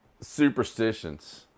superstitions